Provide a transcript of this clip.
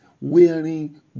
wearing